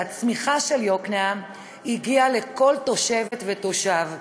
הצמיחה של יוקנעם הגיעה לכל תושבת ותושב,